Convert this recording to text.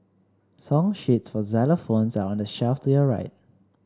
song sheets for xylophones are on the shelf to your right